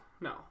no